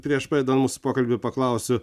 prieš pradedant mūsų pokalbį paklausiu